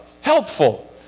helpful